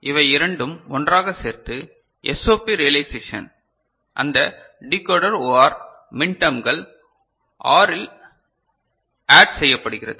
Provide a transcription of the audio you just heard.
இவை இரண்டும் ஒன்றாக சேர்த்து SOP ரியலைசேஷன் அந்த டிகோடர் ஓஆர் மின் டம்கள் ORல் ஆட் செய்யப்படுகிறது